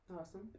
awesome